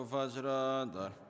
Vajradar